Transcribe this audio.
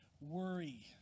worry